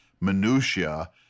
minutiae